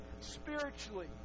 spiritually